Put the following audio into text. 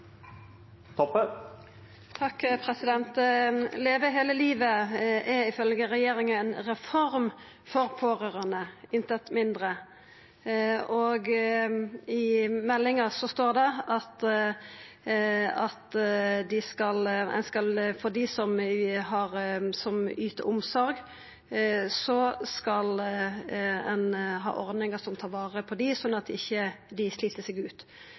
livet» er ifølgje regjeringa «ei reform for pårørande» – ikkje noko mindre. I meldinga står det at ein skal ha ordningar som tar vare på dei som yter omsorg, sånn at dei ikkje slit seg ut, men som vi høyrde i førre replikk, er det ikkje